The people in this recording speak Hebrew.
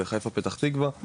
זה חיפה פתח תקווה,